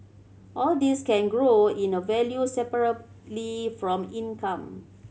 all these can grow in the value separately from income